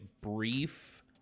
brief